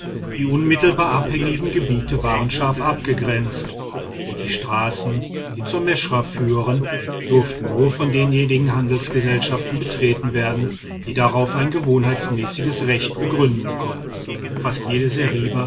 die unmittelbar abhängigen gebiete waren scharf abgegrenzt und die straßen die zur meschra führen durften nur von denjenigen handelsgesellschaften betreten werden die darauf ein gewohnheitsmäßiges recht begründen konnten fast jede seriba